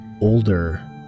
older